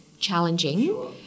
challenging